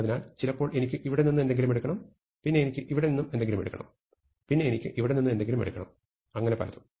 അതിനാൽ ചിലപ്പോൾ എനിക്ക് ഇവിടെ നിന്ന് എന്തെങ്കിലും എടുക്കണം പിന്നെ എനിക്ക് ഇവിടെ നിന്ന് എന്തെങ്കിലും എടുക്കണം പിന്നെ എനിക്ക് ഇവിടെ നിന്ന് എന്തെങ്കിലും എടുക്കണം അങ്ങനെ പലതും